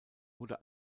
wurde